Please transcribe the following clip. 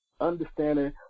understanding